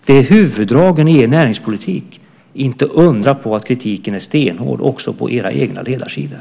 Det är huvuddragen i er näringspolitik. Inte undra på att kritiken är stenhård också på era egna ledarsidor.